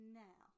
now